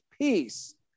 peace